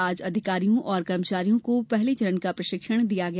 आज अधिकारियों और कर्मचारियों को पहले चरण का प्रशिक्षण दिया गया